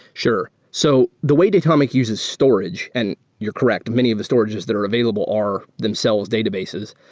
sure. so the way datomic uses storage and you're correct, many of the storages that are available are themselves databases,